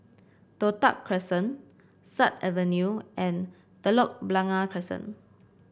Toh Tuck Crescent Sut Avenue and Telok Blangah Crescent